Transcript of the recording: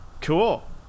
Cool